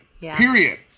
Period